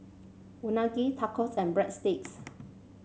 Unagi Tacos and Breadsticks